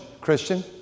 Christian